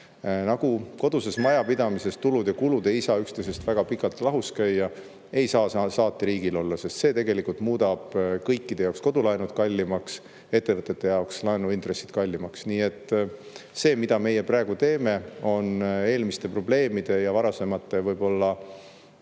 Nagu koduses majapidamises tulud ja kulud ei saa üksteisest väga pikalt lahus käia, ei saa see samamoodi riigil olla, sest see tegelikult muudab kõikide jaoks kodulaenud kallimaks, ettevõtete jaoks laenuintressid kallimaks. Nii et see, mida meie praegu teeme, on eelmiste probleemide ja varasemate, võib-olla